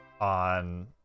on